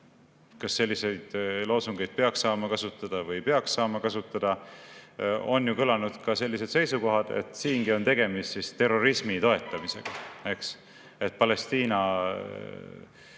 kas selliseid loosungeid peaks saama kasutada või ei peaks saama kasutada – aga on ju kõlanud ka sellised seisukohad, et siingi on tegemist terrorismi toetamisega. Palestiinas,